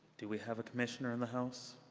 do we have a commissioner in the house?